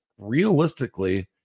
realistically